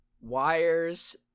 wires